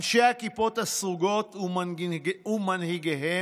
אנשי הכיפות הסרוגות ומנהיגיהם